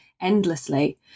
endlessly